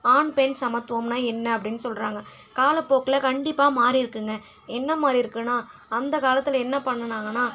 ஆண் பெண் சமத்துவம்னா என்ன அப்படின்னு சொல்லுறாங்க காலப்போக்கில் கண்டிப்பாக மாறி இருக்குங்க என்ன மாறி இருக்குன்னா அந்த காலத்தில் என்ன பண்ணுனாங்கன்னா